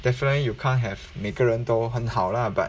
definitely you can't have 每个人都很好 lah but